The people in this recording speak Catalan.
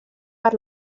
per